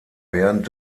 während